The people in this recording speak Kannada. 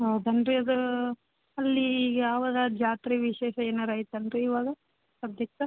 ಹೌದನು ರೀ ಅದು ಅಲ್ಲಿ ಯಾವ್ದರ ಜಾತ್ರೆ ವಿಶೇಷ ಏನಾದರು ಐತನು ರೀ ಇವಾಗ ಸದ್ಯಕ್ಕೆ